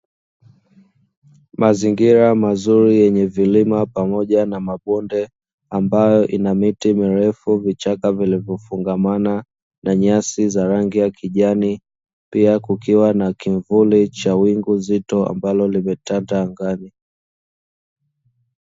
Mazingira mazuri yenye vilima pamoja na mabonde ambayo ina miti mirefu, vichaka vilivyofungamana na nyasi za rangi ya kijani pia kukiwa na kivuli cha wingu zito ambalo limetanda angani.